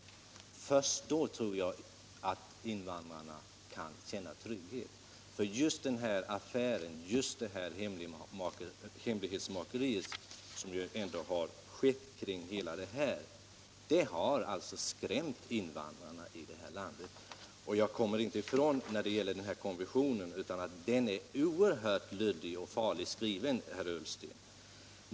Först då tror jag att invandrarna kan känna trygghet, för det är just hemlighetsmakeriet i den här affären som har skrämt invandrarna. Jag kommer inte ifrån att konventionen är oerhört farligt och luddigt skriven, herr Ullsten.